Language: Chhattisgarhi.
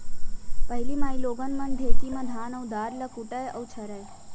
पहिली माइलोगन मन ढेंकी म धान अउ दार ल कूटय अउ छरयँ